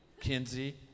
Kinsey